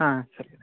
ಹಾಂ ಸರಿ ರೀ